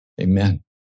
Amen